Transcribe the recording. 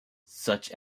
such